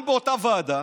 גם באותה ועדה,